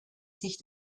sich